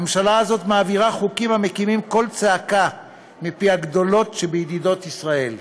הממשלה הזאת מעבירה חוקים המקימים קול צעקה מפי הגדולות שבידידות ישראל,